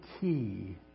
key